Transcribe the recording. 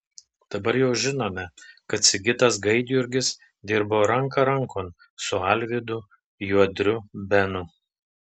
dabar jau žinome kad sigitas gaidjurgis dirbo ranka rankon su alvydu juodriu benu